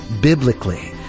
biblically